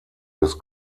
des